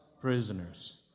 prisoners